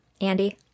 Andy